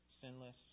sinless